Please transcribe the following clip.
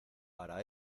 para